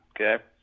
Okay